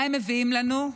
מה הם מביאים לנו?